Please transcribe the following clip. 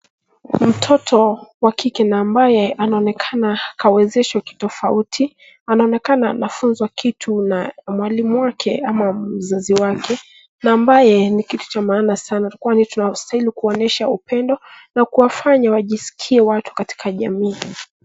Mtoto wa kike na ambaye anaonekana hawezeshwi kitofauti anaonekana anafunzwa kitu na mwalimu wake ama mzazi wake na ambaye ni kitu cha maana sana kwani tunastahili kuwaonyesha upendo na kuwafanya wajiskie watu katika jamii.